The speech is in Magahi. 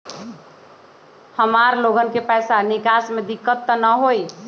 हमार लोगन के पैसा निकास में दिक्कत त न होई?